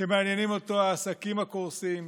שמעניינים אותו העסקים הקורסים?